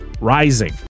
Rising